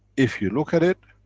if you look at it,